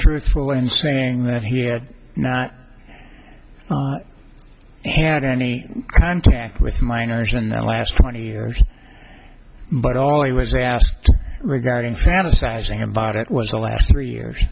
truthful in saying that he had not had any contact with minors in the last twenty years but all he was asked regarding fantasizing about it was the last three years